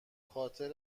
خاطر